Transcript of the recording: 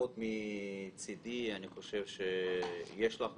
אם כבר שיעורי בית, אז יש חבילה גדולה.